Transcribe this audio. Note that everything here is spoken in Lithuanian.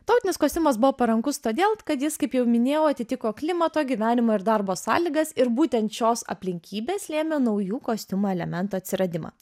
tautinis kostiumas buvo parankus todėl kad jis kaip jau minėjau atitiko klimato gyvenimo ir darbo sąlygas ir būtent šios aplinkybės lėmė naujų kostiumo elementų atsiradimą